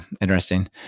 interesting